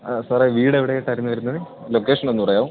ആ സാറെ വീട് എവിടെയായിട്ടായിരുന്നു വരുന്നത് ലൊക്കേഷനൊന്നു പറയാമോ